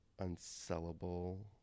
unsellable